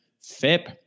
FIP